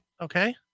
Okay